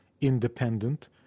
independent